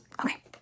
Okay